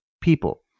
People